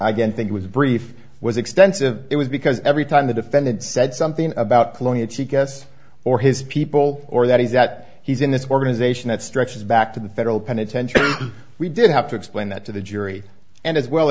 didn't think was brief was extensive it was because every time the defendant said something about colonia cheek s or his people or that he's that he's in this organization that stretches back to the federal penitentiary we did have to explain that to the jury and as well